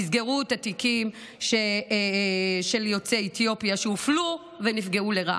תסגרו את התיקים של יוצאי אתיופיה שהופלו ונפגעו לרעה.